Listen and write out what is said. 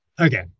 Okay